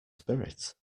spirit